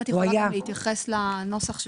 אם את יכולה תתייחסי בבקשה לנוסח המתוקן